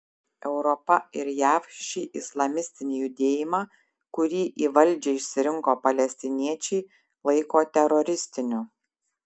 europa ir jav šį islamistinį judėjimą kurį į valdžią išsirinko palestiniečiai laiko teroristiniu